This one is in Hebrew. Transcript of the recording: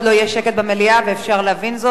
לא יהיה שקט במליאה ואפשר להבין זאת.